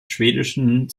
schwedischen